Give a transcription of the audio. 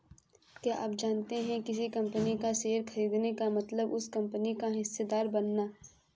क्या आप जानते है किसी कंपनी का शेयर खरीदने का मतलब उस कंपनी का हिस्सेदार बनना?